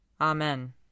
Amen